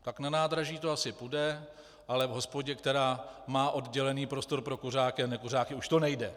Tak na nádraží to asi půjde, ale v hospodě, která má oddělený prostor pro kuřáky a nekuřáky už to nejde.